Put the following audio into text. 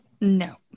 No